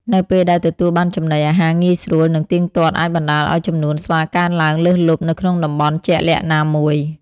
នៅពេលដែលទទួលបានចំណីអាហារងាយស្រួល និងទៀងទាត់អាចបណ្ដាលឱ្យចំនួនស្វាកើនឡើងលើសលប់នៅក្នុងតំបន់ជាក់លាក់ណាមួយ។